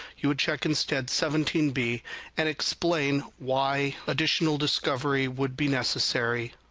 you would check instead seventeen b and explain why additional discovery would be necessary.